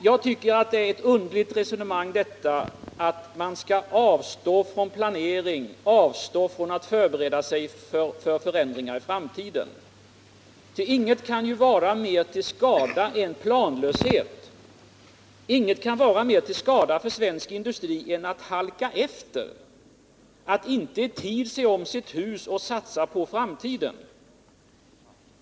Jag tycker att det är ett underligt resonemang att man skall avstå från planering, avstå från att förbereda sig för förändringar i framtiden. Ingenting kan ju vara mer till skada än planlöshet. Inget kan vara mer till skada för svensk industri än att halka efter, att inte i tid se om sitt hus och satsa på framtiden.